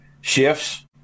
shifts